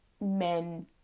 men